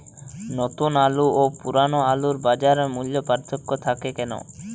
নতুন আলু ও পুরনো আলুর বাজার মূল্যে পার্থক্য থাকে কেন?